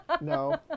No